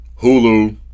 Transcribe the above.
Hulu